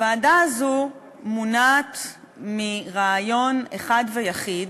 הוועדה הזו מונעת מרעיון אחד ויחיד,